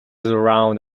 around